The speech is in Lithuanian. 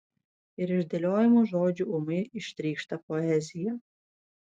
ir iš dėliojamų žodžių ūmai ištrykšta poezija